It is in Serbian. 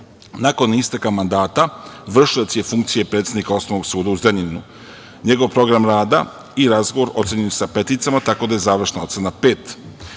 Nakon isteka mandata vršilac je funkcije predsednika Osnovnog suda u Zrenjaninu. Njegov program rada i razgovor ocenjeni su „peticama“, tako da je završna ocena „pet“.